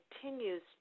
continues